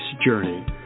journey